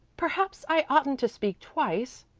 perhaps i oughtn't to speak twice,